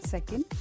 Second